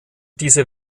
diese